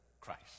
Christ